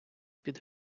під